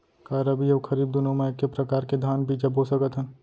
का रबि अऊ खरीफ दूनो मा एक्के प्रकार के धान बीजा बो सकत हन?